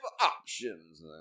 options